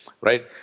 Right